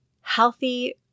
healthy